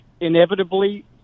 Inevitably